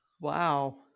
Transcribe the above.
Wow